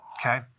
Okay